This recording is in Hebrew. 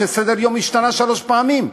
כי סדר-היום השתנה שלוש פעמים.